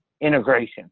Integration